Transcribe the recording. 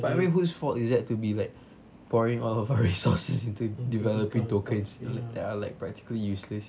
but I mean who's fault is that to be like pouring all of our resources into developing tokens they are like practically useless